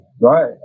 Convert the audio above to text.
right